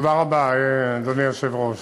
אדוני היושב-ראש,